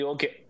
Okay